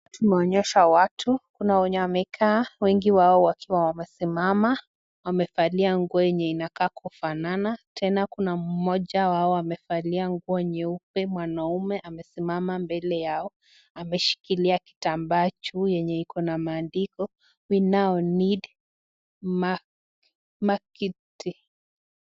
Tumeonyeshwa watu, kuna wenye wamekaa, wengi wao wakiwa wamesimama, wamevalia nguo yenye inakaa kufanana, tena kuna mmoja wao amevalia nguo nyeupe mwanaume amesimama mbele yao, ameshikilia kitambaa juu yenye iko na maandiko [cs ] we need now a marketer .